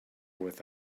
with